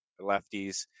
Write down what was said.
lefties